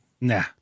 Nah